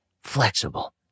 flexible